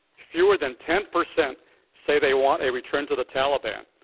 fewer than ten percent say they want a return to the taliban.